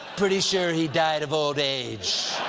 pretty sure he died of old age.